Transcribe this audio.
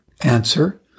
Answer